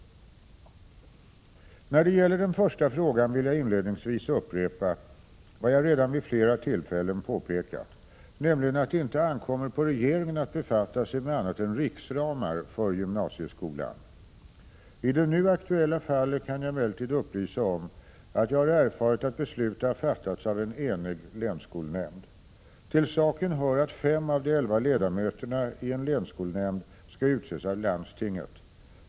När det gäller den första frågan vill jag inledningsvis upprepa vad jag redan vid flera tillfällen påpekat, nämligen att det inte ankommer på regeringen att befatta sig med annat än riksramar för gymnasieskolan. I det nu aktuella fallet kan jag emellertid upplysa om att jag har erfarit att beslutet har fattats av en enig länsskolnämnd. Till saken hör att fem av de elva ledamöterna i en länsskolnämnd skall utses av landstinget.